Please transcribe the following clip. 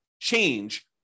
change